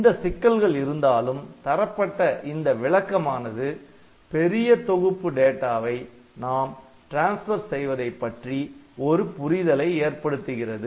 இந்த சிக்கல்கள் இருந்தாலும் தரப்பட்ட இந்த விளக்கமானது பெரிய தொகுப்பு டேட்டாவை நாம் டிரான்ஸ்பர் செய்வதை பற்றி ஒரு புரிதலை ஏற்படுத்துகிறது